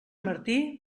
martí